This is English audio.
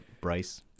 Bryce